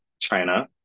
China